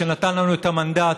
שנתן לנו את המנדט.